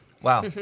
Wow